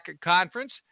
conference